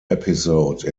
episode